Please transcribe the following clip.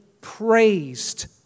praised